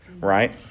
right